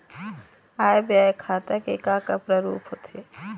आय व्यय खाता के का का प्रारूप होथे?